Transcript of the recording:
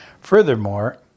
Furthermore